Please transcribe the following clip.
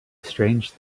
strange